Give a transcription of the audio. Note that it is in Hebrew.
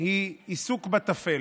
היא עיסוק בטפל.